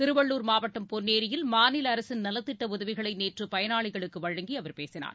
திருவள்ளுர் மாவட்டம் பொன்னேரியில் மாநில அரசின் நலத்திட்ட உதவிகளை நேற்று பயனாளிகளுக்கு வழங்கி அவர் பேசினார்